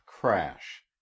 crash